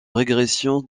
régression